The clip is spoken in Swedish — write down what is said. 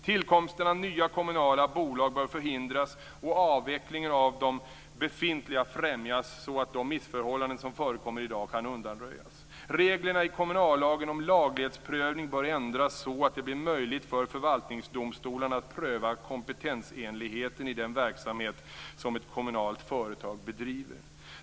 Tillkomsten av nya kommunala bolag bör förhindras och avvecklingen av de befintliga främjas, så att de missförhållanden som i dag förekommer kan undanröjas. Reglerna i kommunallagen om laglighetsprövning bör ändras så att det blir möjligt för förvaltningsdomstolarna att pröva kompetensenligheten i den verksamhet som ett kommunalt företag bedriver.